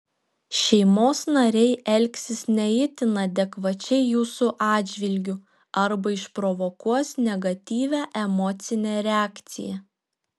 šeimos nariai elgsis ne itin adekvačiai jūsų atžvilgiu arba išprovokuos negatyvią emocinę reakciją